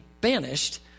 banished